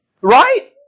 Right